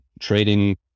trading